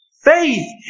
Faith